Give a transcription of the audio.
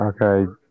Okay